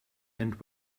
and